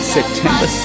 September